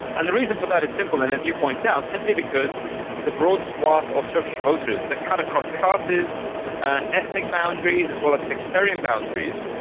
and the reason for that is simple and, as you point out, simply because the broad swathe of turkish voters that cut across classes and ethnic boundaries, as well as sectarian boundaries,